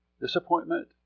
disappointment